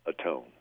atone